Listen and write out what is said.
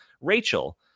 Rachel